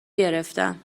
گرفتم